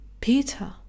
Peter